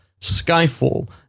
Skyfall